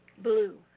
blue